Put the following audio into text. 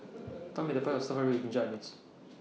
Tell Me The Price of Stir Fried Beef with Ginger Onions